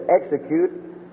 execute